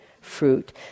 fruit